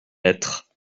lettres